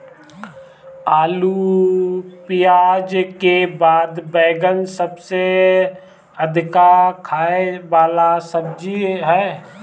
आलू पियाज के बाद बैगन सबसे अधिका खाए वाला सब्जी हअ